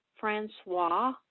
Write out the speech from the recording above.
Francois